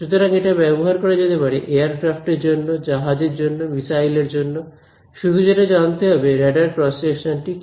সুতরাং এটা ব্যবহার করা যেতে পারে এয়ারক্রাফট এর জন্য জাহাজের জন্য মিসাইল এর জন্য শুধু যেটা জানতে হবে রেডার ক্রস সেকশন টি কি